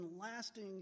lasting